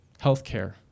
healthcare